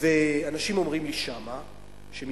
ואנשים אומרים לי שם שמבחינתם,